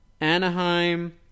Anaheim